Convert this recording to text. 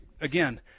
again